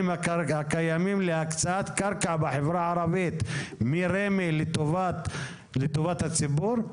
הקיימים להקצאת קרקע בחברה הערבית מרמ"י לטובת הציבור?